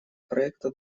проекта